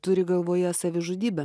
turi galvoje savižudybę